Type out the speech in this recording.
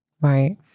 Right